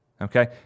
Okay